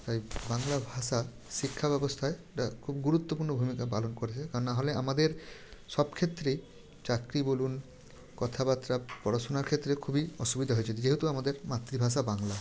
তাই বাংলা ভাষা শিক্ষা ব্যবস্থায় একটা খুব গুরুত্বপূর্ণ ভূমিকা পালন করে আর নাহলে আমাদের সবক্ষেত্রেই চাকরি বলুন কথাবার্তা পড়াশোনার ক্ষেত্রে খুবই অসুবিধা হয়ে যেত যেহেতু আমাদের মাতৃভাষা বাংলা